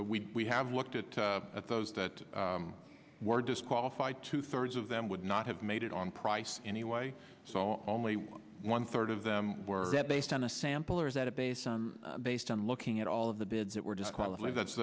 we we have looked at those that were disqualified two thirds of them would not have made it on price anyway so only one third of them were based on a sample or is that it based on based on looking at all of the